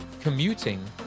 commuting